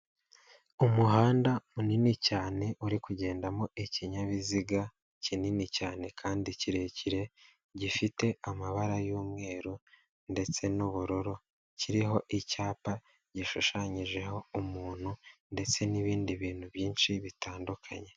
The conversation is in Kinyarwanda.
Umuhanda munini cyane uri kugendamo ikinyabiziga kinini cyane kandi kirekire gifite amabara y'umweru ndetse n'ubururu kiriho icyapa gishushanyijeho umuntu ndetse n'ibindi bintu byinshi bitandukanye.